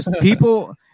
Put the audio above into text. people